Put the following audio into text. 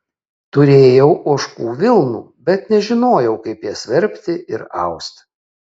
turėjau ožkų vilnų bet nežinojau kaip jas verpti ir austi